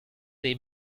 dei